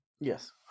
Yes